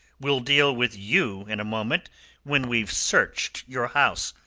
we'll deal with you in a moment when we've searched your house.